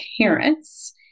parents